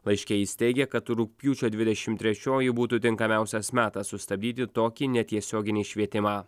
laiške jis teigė kad rugpjūčio dvidešim trečioji būtų tinkamiausias metas sustabdyti tokį netiesioginį švietimą